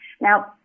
Now